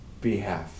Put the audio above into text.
behalf